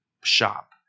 shop